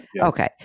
Okay